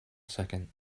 second